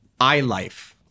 iLife